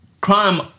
crime